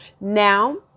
now